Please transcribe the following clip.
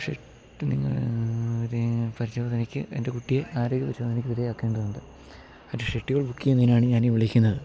പക്ഷേ കുട്ടി നിങ്ങൾ ഒരു പരിശോധനയ്ക്ക് എൻ്റെ കുട്ടിയെ ആരോഗ്യ പരിശോധനയ്ക്ക് വിധെയ ആക്കേണ്ടതുണ്ട് ഒരു ഷെട്ട്യുൾ ബുക്ക് ചെയ്യുന്നതിനാണ് ഞാൻ ഈ വിളിക്കുന്നത്